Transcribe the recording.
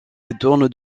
détourne